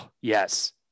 Yes